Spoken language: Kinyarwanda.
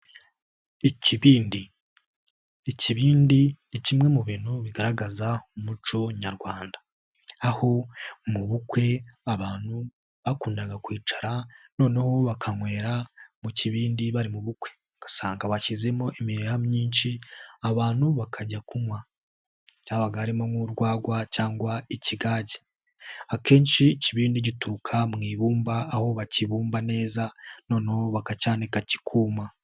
Ikibindi ikibindi ni kimwe mu bintu bigaragaza umuco nyarwanda, aho mu bukwe abantu bakundaga kwicara noneho bakanywera mu kibindi bari mu bukwe, ugasanga bashyizemo imiya myinshi abantu bakajya kunywa, habaga harimo nk'urwagwa cyangwa ikigage. Akenshi ikibindi gituruka mu ibumba aho bakibumba neza noneho bakacyanika kikuma.